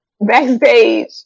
backstage